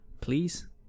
please